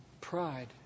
Pride